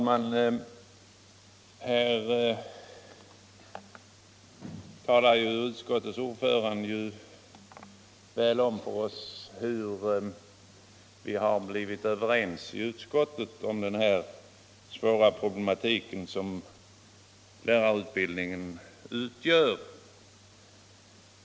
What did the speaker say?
Herr talman! Utskottets ordförande talade om för kammaren hur vi har blivit överens i utskottet om den svåra problematik som lärarutbildningen utgör.